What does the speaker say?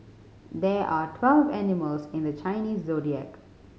there are twelve animals in the Chinese Zodiac